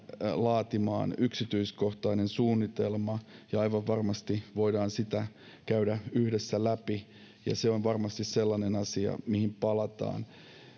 laatimaan yksityiskohtainen suunnitelma ja aivan varmasti voidaan sitä käydä yhdessä läpi ja se on varmasti sellainen asia mihin palataan